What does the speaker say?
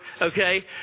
okay